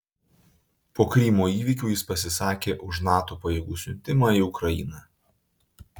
po krymo įvykių jis pasisakė už nato pajėgų siuntimą į ukrainą